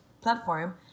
platform